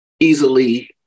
easily